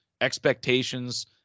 expectations